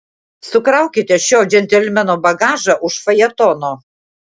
sukraukite šio džentelmeno bagažą už fajetono